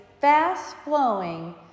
fast-flowing